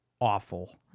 awful